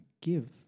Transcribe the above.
give